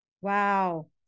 Wow